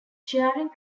charing